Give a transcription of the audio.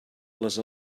les